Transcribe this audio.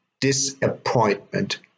disappointment